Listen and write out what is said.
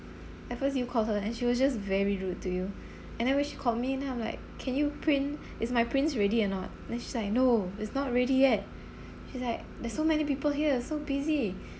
at first you called her and she was just very rude to you and then when she called then I'm like can you print is my prints ready or not then she say no is not ready yet she's like there are so many people here so busy